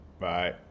bye